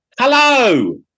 Hello